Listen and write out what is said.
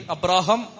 Abraham